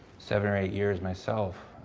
seven or eight years myself.